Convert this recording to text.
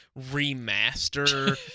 remaster